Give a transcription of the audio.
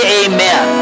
amen